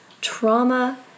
Trauma